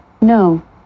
No